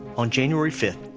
on january fifth,